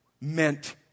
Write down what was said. meant